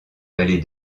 vallée